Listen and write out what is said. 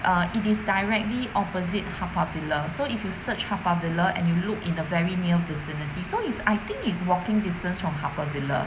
uh it is directly opposite haw par villa so if you search haw par villa and you look in the very near vicinity so it's I think it's walking distance from haw par villa